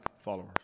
followers